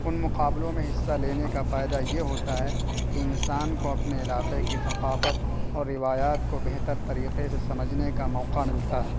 ان مقابلوں میں حصہ لینے کا فائدہ یہ ہوتا ہے کہ انسان کو اپنے علاقے کی ثقافت اور روایات کو بہتر طریقے سے سمجھنے کا موقع ملتا ہے